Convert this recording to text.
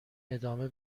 ادامه